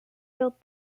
built